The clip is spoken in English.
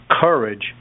courage